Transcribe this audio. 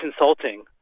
insulting